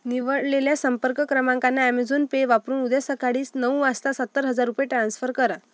निवडलेल्या संपर्क क्रमांकांना ऍमेझॉन पे वापरून उद्या सकाळीच नऊ वाजता सत्तर हजार रुपये ट्रान्स्फर करा